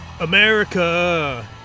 America